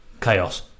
chaos